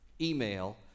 email